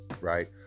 right